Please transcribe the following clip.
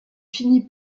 finit